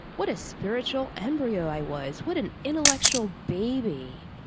what a spiritual embryo i was. what an intellectual baby.